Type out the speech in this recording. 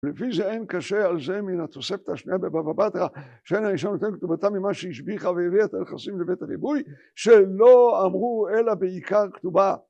לפי זה אין קשה על זה מן התוספת השנייה בבבא בתרה שאין הראשון נותנת כתובתה ממה שהשביחה והביאה את הנכסים לבית הריבוי שלא אמרו אלא בעיקר כתובה